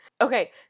Okay